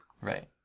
Right